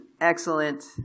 excellent